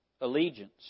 allegiance